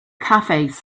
cafe